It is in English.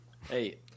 Hey